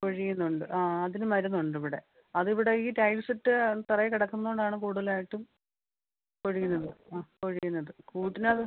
കൊഴിയുന്നുണ്ട് ആ അതിന് മരുന്നുണ്ടിവിടെ അതിവിടെ ഈ ടൈൽസിട്ട തറയിൽ കിടക്കുന്നോണ്ടാണ് കൂടുതലായിട്ടും കൊഴിയുന്നത് ആ കൊഴിയുന്നത് കൂട്ടിനത്